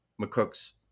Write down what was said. McCook's